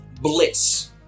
bliss